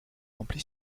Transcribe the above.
rempli